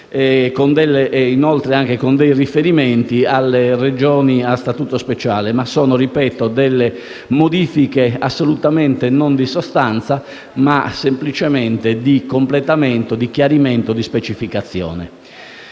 collettivi, anche con brevi riferimenti alle Regioni a statuto speciale; ripeto però che sono modifiche assolutamente non di sostanza, ma semplicemente di completamento, di chiarimento e di specificazione.